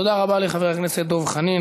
תודה רבה לחבר הכנסת דב חנין.